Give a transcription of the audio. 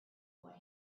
what